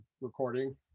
recording